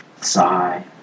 Sigh